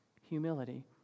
humility